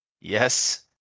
Yes